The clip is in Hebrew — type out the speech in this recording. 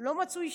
לא מצאו אישה.